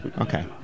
Okay